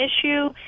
issue